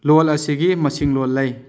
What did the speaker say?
ꯂꯣꯟ ꯑꯁꯤꯒꯤ ꯃꯁꯤꯡ ꯂꯣꯟ ꯂꯩ